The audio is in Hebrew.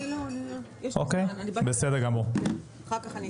שלום לכולם,